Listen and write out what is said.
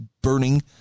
burning